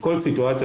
כל סיטואציה